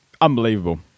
unbelievable